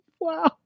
Wow